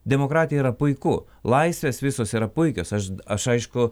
demokratija yra puiku laisvės visos yra puikios aš aš aišku